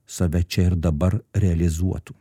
save čia ir dabar realizuotų